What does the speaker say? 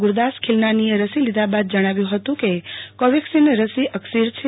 ગુ રદાસ ખીલનાનીએ રસી લીધા બાદ જણાવ્યુ હતું કે કોવેક્સિન રસી અકસીર છે